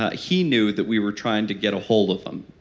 ah he knew that we were trying to get a hold of him,